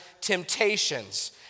temptations